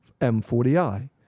M40i